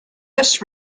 this